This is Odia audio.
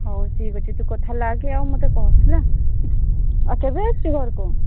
ହଉ ଠିକ୍ ଅଛି ତୁ କଥା ହେଇ ଆଗେ ଆଉ ମୋତେ କହ ହେଲା ଆଉ କେବେ ଆସିଛୁ ଘରକୁ